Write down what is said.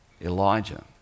Elijah